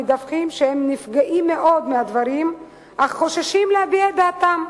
המדווחים שהם נפגעים מאוד מהדברים אך חוששים להביע את דעתם.